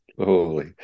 holy